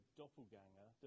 doppelganger